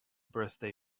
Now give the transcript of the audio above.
birthday